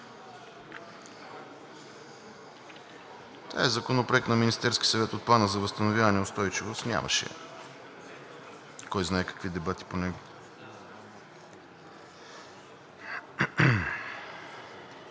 Това е Законопроект на Министерския съвет от Плана за възстановяване и устойчивост, нямаше кой знае какви дебати по него.